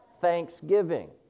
thanksgiving